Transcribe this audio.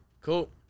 cool